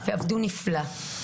שעבדו נפלא.